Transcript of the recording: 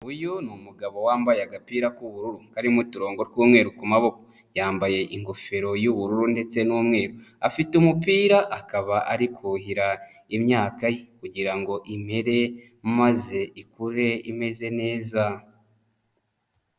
Uyu ni umugabo wambaye agapira k'ubururu, karimo uturongo tw'umweru ku maboko, yambaye ingofero y'ubururu ndetse n'umweru, afite umupira akaba ari kuhira imyaka ye ,kugira ngo imere maze ikure imeze neza.